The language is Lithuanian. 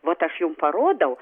vot aš jum parodau